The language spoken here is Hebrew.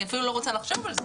אני אפילו לא רוצה לחשוב על זה.